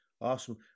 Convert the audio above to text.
Awesome